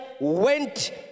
went